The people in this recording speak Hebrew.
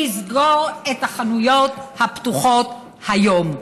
לסגור את החנויות הפתוחות היום.